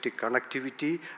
connectivity